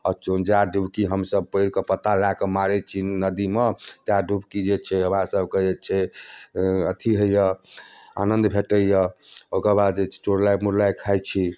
आ सुरजा डुबकी हमसब पढ़ि कऽ पत्ता लए कऽ मारैत छी नदीमे तए डुबकी जे छै हमरा सबके जे छै अथी होइया आनन्द भेटैया ओकर बाद चुड़लाइ मुड़लाइ खाइत छी